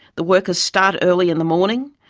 the workers start early in the morning,